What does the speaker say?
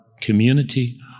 community